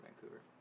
Vancouver